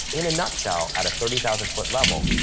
in a nutshell, at a thirty thousand foot level,